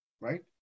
right